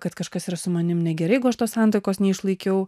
kad kažkas yra su manimi negerai aš tos santuokos neišlaikiau